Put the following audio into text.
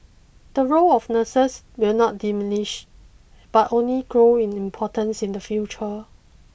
the role of nurses will not diminish but only grow in importance in the future